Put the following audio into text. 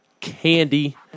candy